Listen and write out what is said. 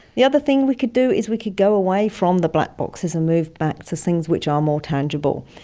the other thing we could do is we could go away from the black boxes and move back to things which are more tangible.